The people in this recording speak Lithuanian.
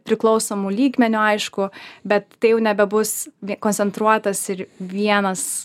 priklausomu lygmeniu aišku bet tai jau nebebus koncentruotas ir vienas